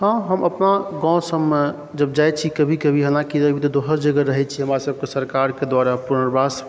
हँ हम अपना गाममे सबमे जब जाइ छी कभी कभी हालाँकि दोसर जगह रहै छी हमरा सबके सरकारके द्वारा पुनर्वास